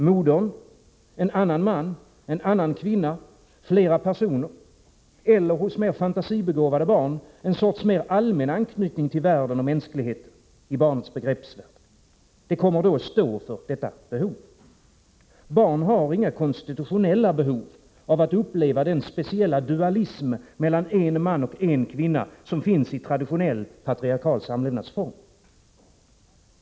Modern, en annan man, en annan kvinna, flera personer eller hos fantasibegåvade barn en sorts mer allmän anknytning till världen och mänskligheten kommer då att stå för behovet. Barn har inga konstitutionella behov av att uppleva den speciella dualism mellan en man och en kvinna som finns i traditionell, patriarkalisk samlevnadsform.